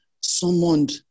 summoned